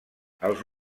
els